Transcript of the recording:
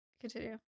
continue